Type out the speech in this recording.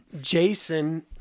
Jason